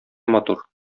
матур